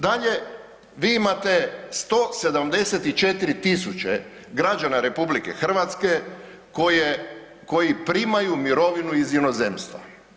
Dalje, vi imate 174.000 građana RH koji primaju mirovinu iz inozemstva.